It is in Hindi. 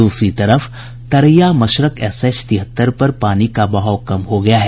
दूसरी तरफ तरैया मशरक एसएच तिहत्तर पर पानी का बहाव कम हो गया है